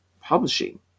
publishing